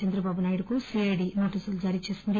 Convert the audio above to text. చంద్రబాబునాయుడుకు CID నోటీసులు జారీ చేసింది